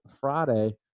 Friday